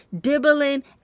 dibbling